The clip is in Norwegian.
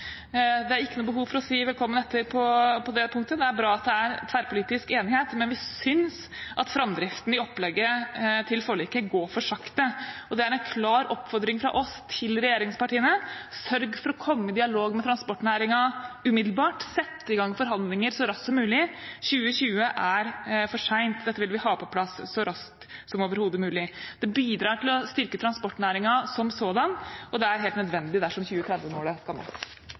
Det er ikke noe behov for å si velkommen etter på det punktet. Det er bra at det er tverrpolitisk enighet, men vi synes at framdriften i opplegget til forliket går for sakte. Og det er en klar oppfordring fra oss til regjeringspartiene: Sørg for å komme i dialog med transportnæringen umiddelbart. Sett i gang forhandlinger så raskt som mulig – 2020 er for sent. Dette vil vi ha på plass så raskt som overhodet mulig. Det bidrar til å styrke transportnæringen som sådan, og det er helt nødvendig dersom 2030-målet skal nås.